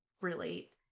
relate